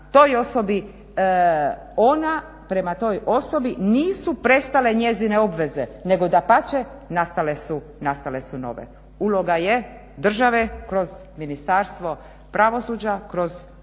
toj osobi ona prema toj osobi nisu prestale njezine obveze nego dapače ostale su nove. Uloga je države kroz Ministarstvo pravosuđa, kroz